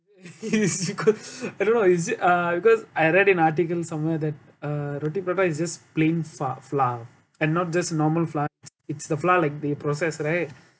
it's because I don't know is it uh because I read in article somewhere that uh roti prata is just plain fa~ flour and not just a normal flour it's the flour like they process right